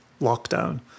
lockdown